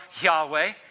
Yahweh